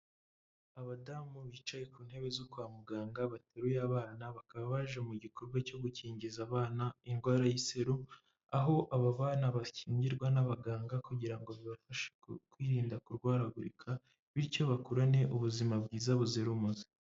Abadamu bicaye ku ntebe zo kwa muganga bateruye abana bakaba baje mu gikorwa cyo gukingiza abana indwara y'iseru, aho aba bana bakingirwa n'abaganga kugira ngo bibafashe kwirinda kurwaragurika bityo bakurane ubuzima bwiza buzira umuze.